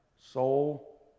soul